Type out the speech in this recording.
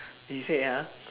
he said ah